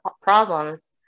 problems